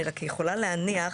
אני רק יכולה להניח.